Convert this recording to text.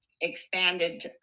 expanded